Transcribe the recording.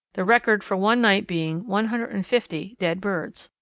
the record for one night being one hundred and fifty dead birds.